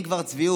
ואם כבר צביעות,